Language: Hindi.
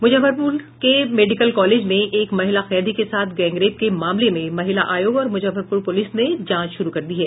मूजफ्फरपूर के मेडिकल कॉलेज में एक महिला कैदी के साथ गैंगरेप के मामले में महिला आयोग और मुजफ्फरपुर पूलिस ने जांच शुरू कर दी है